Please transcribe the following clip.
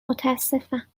متاسفم